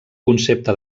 concepte